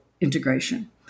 integration